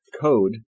code